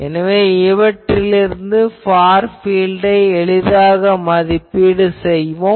எனவே இவற்றிலிருந்து ஃபார் பீல்டை எளிதாக மதிப்பீடு செய்ய முடியும்